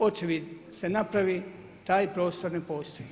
Očevid se napravi, taj prostor ne postoji.